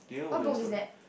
what book is that